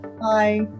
Bye